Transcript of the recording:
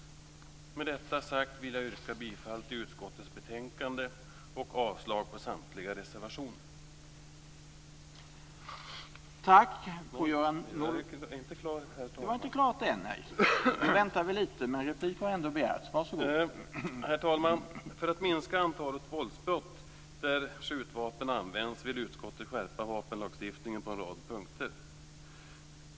Med detta vill jag yrka bifall till hemställan i utskottets betänkande och avslag på samtliga reservationer. Herr talman! För att minska antalet våldsbrott där skjutvapen används vill utskottet skärpa vapenlagstiftningen på en rad punkter.